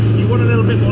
you want a little bit